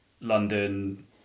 London